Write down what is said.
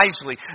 wisely